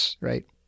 right